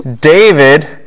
David